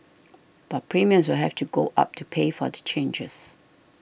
but premiums will have to go up to pay for the changes